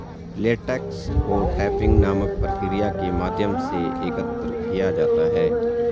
latex को tapping नामक प्रक्रिया के माध्यम से एकत्र किया जाता है